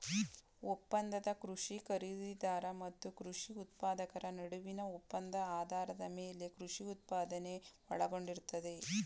ಒಪ್ಪಂದದ ಕೃಷಿ ಖರೀದಿದಾರ ಮತ್ತು ಕೃಷಿ ಉತ್ಪಾದಕರ ನಡುವಿನ ಒಪ್ಪಂದ ಆಧಾರದ ಮೇಲೆ ಕೃಷಿ ಉತ್ಪಾದನೆ ಒಳಗೊಂಡಿರ್ತದೆ